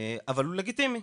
אבל הוא לגיטימי.